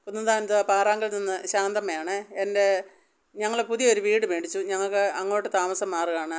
കുന്നുന്നുന്താനത്ത് പാറാങ്കൽ നിന്ന് ശാന്തമ്മയാണെ എന്റെ ഞങ്ങൾ പുതിയ ഒരു വീട് മേടിച്ചു ഞങ്ങൾക്ക് അങ്ങോട്ട് താമസം മാറുകയാണ്